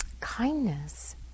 kindness